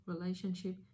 relationship